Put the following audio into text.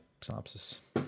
synopsis